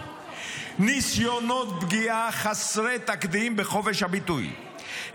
ניסיונות פגיעה חסרי תקדים בחופש הביטוי,